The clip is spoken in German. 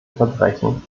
verbrechen